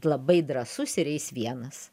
labai drąsus ir eis vienas